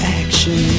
action